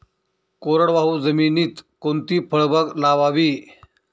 कोरडवाहू जमिनीत कोणती फळबाग लावावी?